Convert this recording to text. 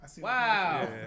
Wow